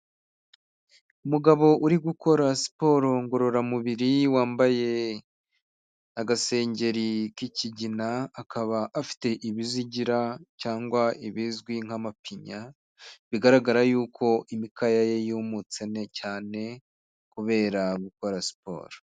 Umugabo uri gukora siporo ngororamubiri wambaye agasengeri k'ikigina akaba afite ibizigira cyangwa ibizwi nk'amapinya, bigaragara yuko imikaya ye yumutse cyane kubera gukora siporo.